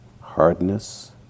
hardness